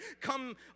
come